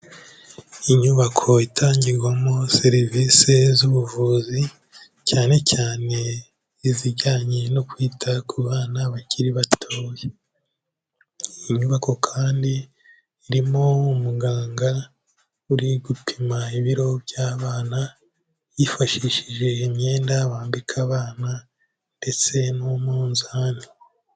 Inyubako itangirwamo serivisi z'ubuvuzi, cyane cyane izijyanye no kwita ku bana bakiri batoya. Iyi inyubako kandi, irimo umuganga uri gupima ibiro by'abana yifashishije imyenda bambika abana, ndetse n'umunzani.